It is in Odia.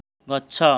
ଗଛ